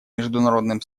международным